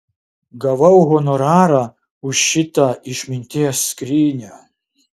gavau honorarą už šitą išminties skrynią